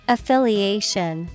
Affiliation